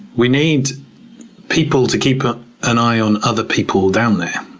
we need people to keep an eye on other people down there.